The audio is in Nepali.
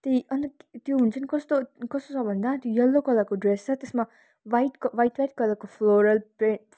त्यही अन्त त्यो हुन्छ नि कस्तो कस्तो छ भन्दा त्यो यल्लो कलरको ड्रेस छ त्यसमा वाइट क वाइट वाइट कलरको फ्लोरल